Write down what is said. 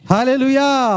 Hallelujah